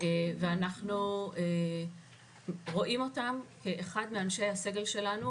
ואנחנו רואים אותם כאנשי הסגל שלנו,